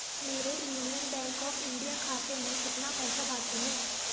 मेरे union bank of India खाते में कितना पैसा बाकी है